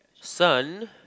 son